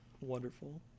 Wonderful